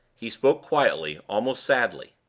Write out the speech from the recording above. he spoke quietly, almost sadly.